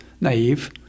naive